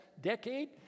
decade